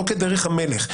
לא כדרך המלך.